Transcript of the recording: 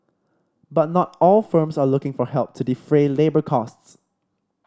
but not all firms are looking for help to defray labour costs